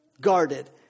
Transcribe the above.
guarded